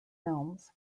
films